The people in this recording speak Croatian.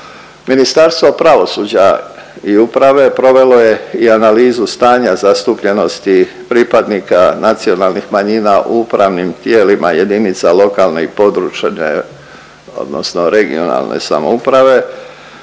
Ministarstvo pravosuđa i uprave provelo je i analizu stanja zastupljenosti pripadnika nacionalnih manjina u upravnim tijelima jedinica lokalne i područne odnosno regionalne samouprave.